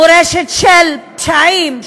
מורשת של פשעים,